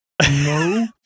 No